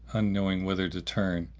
unknowing whither to turn,